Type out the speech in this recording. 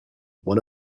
one